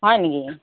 হয় নেকি